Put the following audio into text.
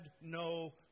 no